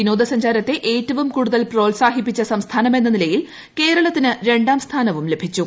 വിനോദ സഞ്ചാരത്തെ ഏറ്റവും കൂടുതൽ പ്രോത്സാഹിപ്പിച്ച സംസ്ഥാനമെന്ന നിലയിൽ കേരളത്തിന് രണ്ടാം സ്ഥാനവും ലഭിച്ചു